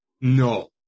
no